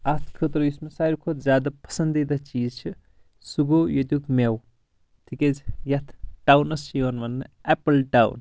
اتھ خٲطرٕ یُس مےٚ ساروٕے کھۄتہٕ زیادٕ پسنٛدیٖدہ چیٖز چھ سُہ گوٚو ییٚتیُک مٮ۪وٕ تِکیٛازِ یتھ ٹاونس چھِ یِوان وننہٕ اٮ۪پٕل ٹاوُن